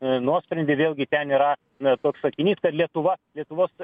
nuosprendį vėlgi ten yra na toks sakinys kad lietuva lietuvos